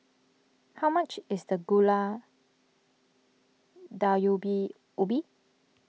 how much is the Gulai Ubi